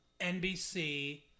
NBC